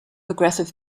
aggressive